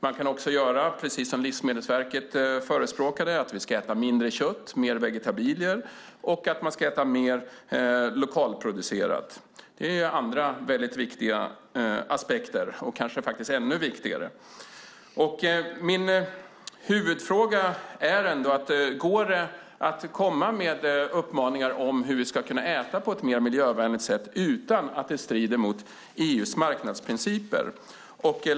Man kan också göra precis som Livsmedelsverket förespråkade, alltså äta mindre kött, mer vegetabilier och mer lokalproducerat. Det är några aspekter som kanske är ännu viktigare. Min huvudfråga är ändå: Går det att komma med uppmaningar om hur vi ska kunna äta på ett mer miljövänligt sätt utan att det strider mot EU:s marknadsprinciper?